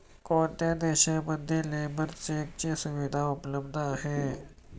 कोणत्या देशांमध्ये लेबर चेकची सुविधा उपलब्ध आहे?